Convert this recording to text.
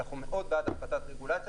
אנחנו מאוד בעד הפחתת רגולציה,